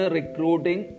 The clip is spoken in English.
Recruiting